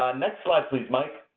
ah next slide, please, mike.